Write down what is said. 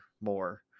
more